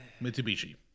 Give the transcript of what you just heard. Mitsubishi